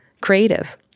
creative